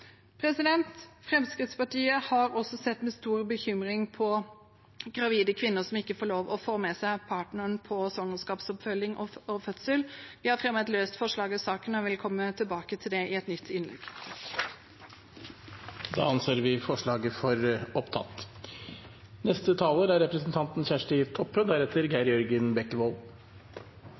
Fremskrittspartiet har også sett med stor bekymring på gravide kvinner som ikke får lov til å ha med seg partneren på svangerskapsoppfølging og fødsel. Vi har sammen med Høyre, Venstre og Kristelig Folkeparti fremmet et løst forslag i saken og vil komme tilbake til det i et nytt innlegg. Representanten Åshild Bruun-Gundersen har tatt opp det forslaget